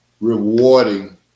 rewarding